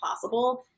possible